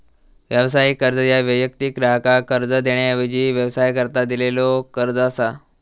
व्यावसायिक कर्ज ह्या वैयक्तिक ग्राहकाक कर्ज देण्याऐवजी व्यवसायाकरता दिलेलो कर्ज असा